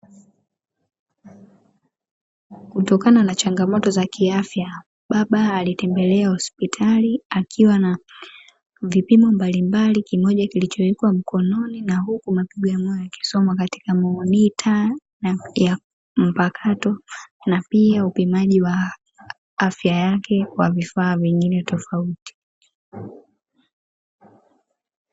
Kutokana na changamoto za kiafya, baba alitembelea hospitali akiwa na vipimo mbalimbali. Kimoja kilichowekwa mkononi huku mapigo ya moyo yakisoma katika mimomita ya mpakato, na pia upimaji wa afya yake kwa vifaa vingine tofauti.